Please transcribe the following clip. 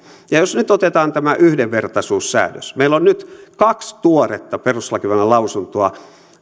ja jos nyt otetaan tämä yhdenvertaisuussäädös meillä on nyt kaksi tuoretta perustuslakivaliokunnan lausuntoa